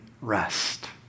rest